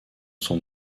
son